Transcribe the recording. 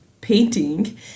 painting